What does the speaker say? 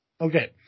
Okay